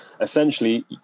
essentially